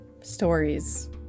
stories